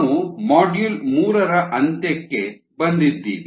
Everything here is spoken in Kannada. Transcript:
ನಾವು ಮಾಡ್ಯೂಲ್ ಮೂರರ ಅಂತ್ಯಕ್ಕೆ ಬಂದಿದ್ದೀವಿ